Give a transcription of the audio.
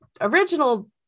original